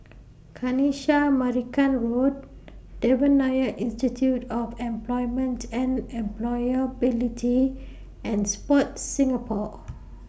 Kanisha Marican Road Devan Nair Institute of Employment and Employability and Sport Singapore